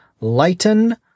Lighten